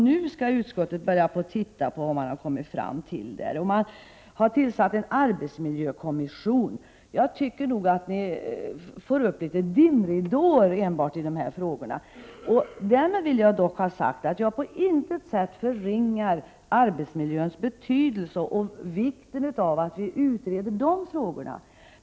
Nu skall utskottet börja se över vad man där har kommit fram till. Det har också tillsatts en Prot. 1988/89:25 arbetsmiljökommission. Jag tycker nog att socialdemokraterna skapar 16 november 1988 enbart dimridåer när det gäller dessa frågor. Därmed vill jag ha sagt att jag på I. jomarodoesreaL intet sätt förringar arbetsmiljöns betydelse och vikten av att man utreder frågor som har anknytning till den.